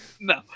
No